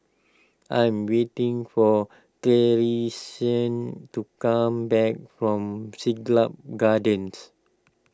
I am waiting for Tristian to come back from Siglap Gardens